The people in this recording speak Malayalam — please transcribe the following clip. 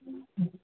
ഹമ്